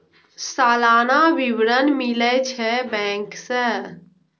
सलाना विवरण मिलै छै बैंक से?